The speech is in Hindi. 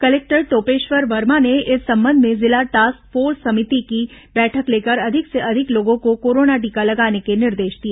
कलेक्टर टोपेश्वर वर्मा ने इस संबंध में जिला टास्क फोर्स समिति की बैठक लेकर अधिक से अधिक लोगों को कोरोना टीका लगाने के निर्देश दिए